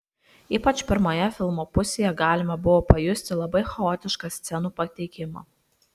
ypač pirmoje filmo pusėje galima buvo pajusti labai chaotišką scenų pateikimą